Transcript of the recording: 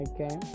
Okay